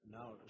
Now